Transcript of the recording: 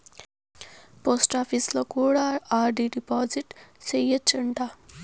పోస్టాపీసులో కూడా R D deposit సేయచ్చు అంట